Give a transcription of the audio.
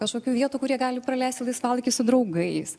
kažkokių vietų kur jie gali praleisti laisvalaikį su draugais